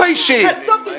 תתביישי.